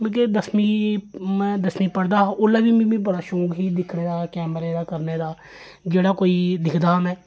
मतलब कि दसमी में दसमी पढ़दा हा उसलै बी मिगी बड़ा शौंक ही दिक्खने दा कैमरे दा जेह्ड़ा कोई दिखदा हा में